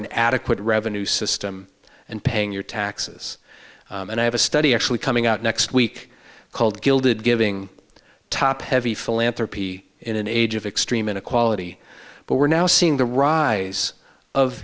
an adequate revenue system and paying your taxes and i have a study actually coming out next week called gilded giving top heavy philanthropy in an age of extreme inequality but we're now seeing the rise of